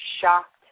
shocked